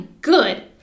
good